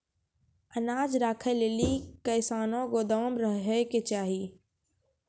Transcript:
अनाज राखै लेली कैसनौ गोदाम रहै के चाही?